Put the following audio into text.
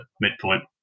midpoint